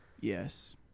Yes